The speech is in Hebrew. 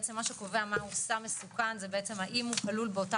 בעצם מה שקובע מהו סם מסוכם זה בעצם האם הוא כלול באותה